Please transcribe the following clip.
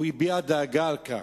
והוא הביע דאגה על כך.